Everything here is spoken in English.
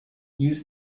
use